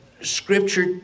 Scripture